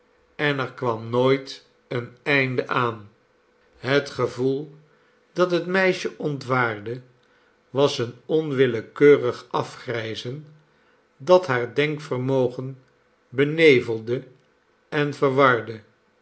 en er kwam nooit een einde aan het gevoel dat het meisje ontwaarde was een onwillekeurig afgrijzen dat haar denkvermogen benevelde en verwarde